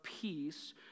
peace